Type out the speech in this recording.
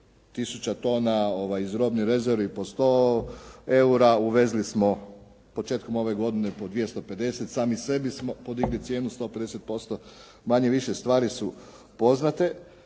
tona iz robnih rezervi po 100 eura, uvezli smo početkom ove godine po 250, sami sebi smo podigli cijenu 150%. Manje-više stvari su poznate,